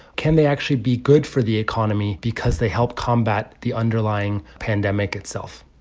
can they actually be good for the economy because they help combat the underlying pandemic itself?